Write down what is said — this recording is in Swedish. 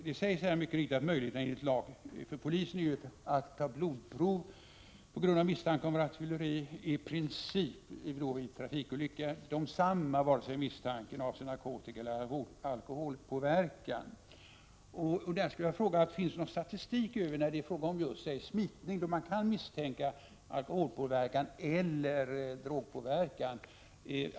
Det sägs mycket riktigt att möjligheterna enligt lag för polisen att ta blodprov på grund av misstanke om rattfylleri exempelvis vid en trafikolycka äriprincip desamma vare sig misstanken avser narkotikaeller alkoholpåverkan. Jag undrar: Finns det någon statistik, t.ex. när det är fråga om smitning, då man ju kan misstänka alkoholeller drogpåverkan?